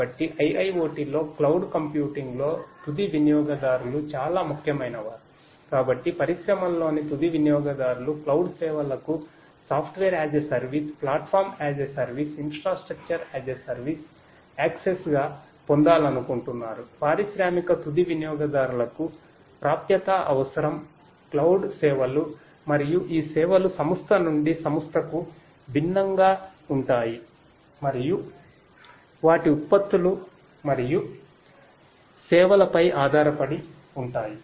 కాబట్టి IIoT లో cloud సేవలు మరియు ఈ సేవలు సంస్థ నుండి సంస్థకు భిన్నంగా ఉంటాయి మరియు వాటి ఉత్పత్తులు మరియు సేవలపై ఆధారపడి ఉంటాయి